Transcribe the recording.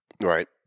right